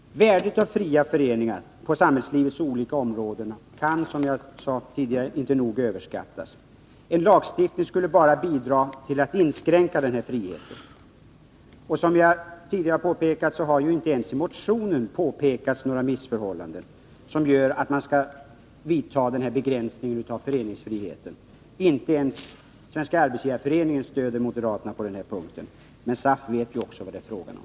Värdet av fria föreningar på samhällslivets olika områden kan, som jag sade tidigare, inte nog överskattas. En lagstiftning skulle bara bidra till att inskränka denna frihet. Som jag tidigare framhöll har inte ens i motionen påpekats några missförhållanden, som gör det motiverat att vidta denna begränsning av föreningsfriheten. Inte ens Svenska arbetsgivareföreningen stöder moderaterna på denna punkt. Men SAF vet ju också vad det är fråga om.